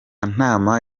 nama